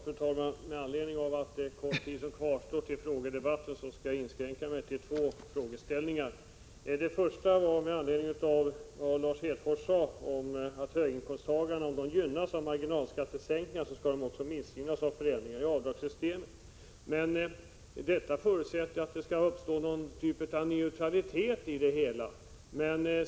Fru talman! Med anledning av att det är kort tid kvar till frågedebatten skall jag inskränka mig till två frågeställningar. Den första är föranledd av vad Lars Hedfors sade att om höginkomsttagarna gynnas av marginalskattesänkningar så skall de missgynnas av förändringar i avdragssystemet. Men detta förutsätter att det uppstår ett slags neutralitet i det hela.